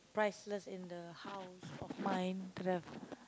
priceless in the house of mine